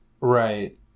right